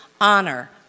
honor